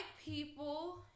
people